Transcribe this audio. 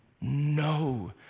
No